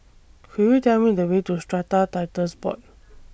Could YOU Tell Me The Way to Strata Titles Board